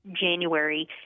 january